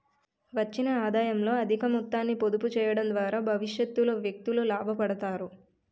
వచ్చిన ఆదాయంలో అధిక మొత్తాన్ని పొదుపు చేయడం ద్వారా భవిష్యత్తులో వ్యక్తులు లాభపడతారు